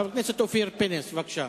חבר הכנסת אופיר פינס, בבקשה.